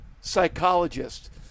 psychologist –